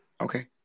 Okay